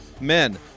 Men